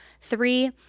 three